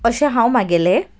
अशें हांव म्हगेलें